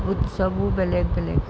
উৎসৱো বেলেগ বেলেগ